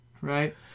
right